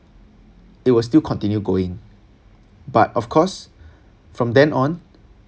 it was still continue going but of course from then on